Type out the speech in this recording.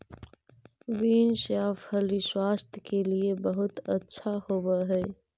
beans या फली स्वास्थ्य के लिए बहुत अच्छा होवअ हई